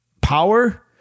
power